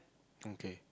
okay